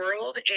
world